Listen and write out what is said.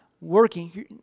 working